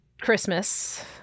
Christmas